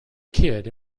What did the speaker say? kid